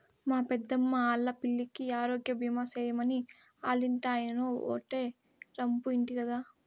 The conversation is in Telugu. మా పెద్దమ్మా ఆల్లా పిల్లికి ఆరోగ్యబీమా సేయమని ఆల్లింటాయినో ఓటే రంపు ఇంటి గదా